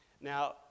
Now